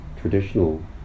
traditional